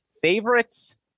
Favorites